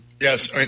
Yes